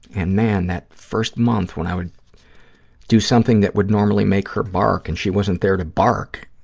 and, man, that first month when i would do something that would normally make her bark and she wasn't there to bark,